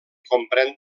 comprèn